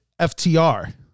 FTR